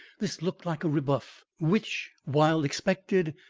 this looked like a rebuff which, while expected,